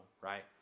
right